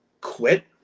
quit